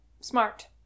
smart